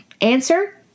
Answer